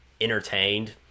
entertained